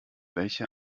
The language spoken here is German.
welche